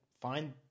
find